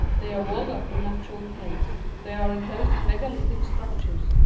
they are walled up in natural caves, they are enclosed in megalithic structures,